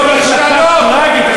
זו החלטה טרגית.